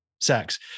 sex